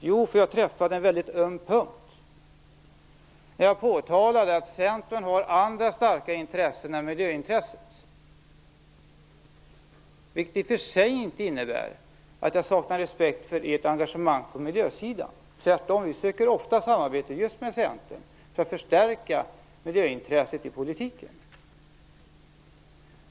Jo, därför att jag träffade en väldigt öm punkt när jag påtalade att Centern har andra starka intressen än miljöintresset, vilket i och för sig inte innebär att jag saknar respekt för ert engagemang på miljösidan. Tvärtom söker vi ofta samarbete just med Centern för att förstärka miljöintresset i politiken.